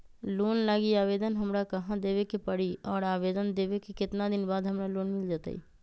Loan लागी आवेदन हमरा कहां देवे के पड़ी और आवेदन देवे के केतना दिन बाद हमरा लोन मिल जतई?